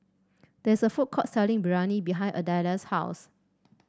there is a food court selling Biryani behind Adella's house